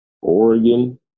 Oregon